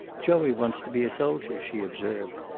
joey wants to be a soldier, she observed.